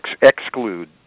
exclude